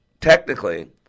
technically